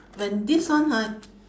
when this one ha